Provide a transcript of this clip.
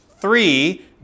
three